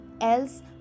else